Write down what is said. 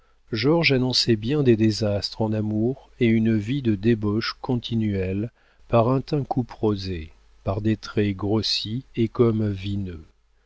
georges annonçait bien des désastres en amour et une vie de débauches continuelles par un teint couperosé par des traits grossis et comme vineux